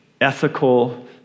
ethical